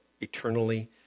eternally